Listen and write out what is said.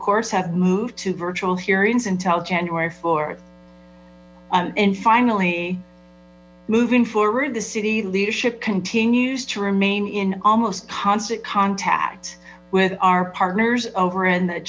courts have moved to virtual hearings until january four and finally moving forward the city leadership continues to remain in almost constant contact with our partners over in th